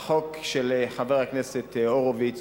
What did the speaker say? אדוני היושב-ראש, החוק של חבר הכנסת הורוביץ